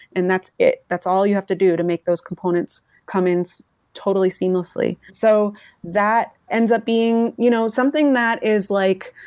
and that's it, that's all you have to do to make those components come in totally seamlessly. so that ends up being you know something that is like,